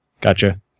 Gotcha